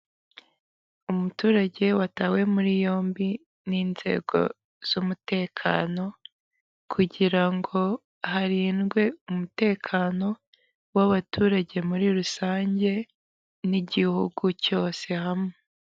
Umuturage watawe muri yombi n'inzego z'umutekano, kugira ngo harindwe umutekano w'abaturage muri rusange, n'igihugu cyose hamwe.